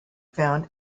found